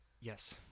Yes